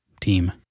team